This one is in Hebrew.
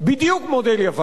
בדיוק מודל יוון.